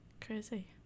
Crazy